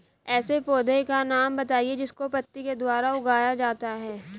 ऐसे पौधे का नाम बताइए जिसको पत्ती के द्वारा उगाया जाता है